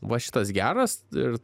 va šitas geras ir